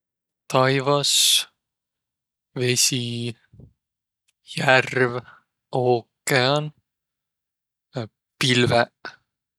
Taivas, vesi, järv, ookean, pilveq.